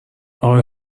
اقای